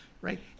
right